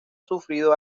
sufrido